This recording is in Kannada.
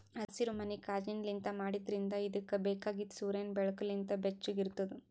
ಹಸಿರುಮನಿ ಕಾಜಿನ್ಲಿಂತ್ ಮಾಡಿದ್ರಿಂದ್ ಇದುಕ್ ಬೇಕಾಗಿದ್ ಸೂರ್ಯನ್ ಬೆಳಕು ಲಿಂತ್ ಬೆಚ್ಚುಗ್ ಇರ್ತುದ್